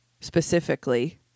specifically